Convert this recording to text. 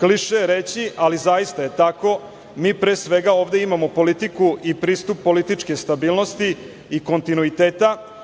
Kliše je reći, ali zaista je tako, mi pre svega ovde imamo politiku i pristup političke stabilnosti i kontinuiteta